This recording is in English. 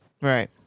Right